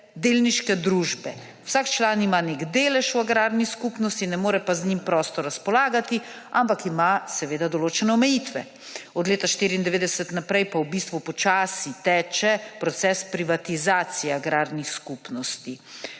delniške družbe. Vsak član ima nek delež v agrarni skupnosti, ne more pa z njim prosto razpolagati, ampak ima določene omejitve. Od leta 1994 naprej pa v bistvu počasi teče proces privatizacije agrarnih skupnosti.